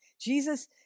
Jesus